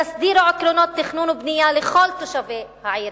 תסדירו עקרונות תכנון ובנייה לכל תושבי העיר,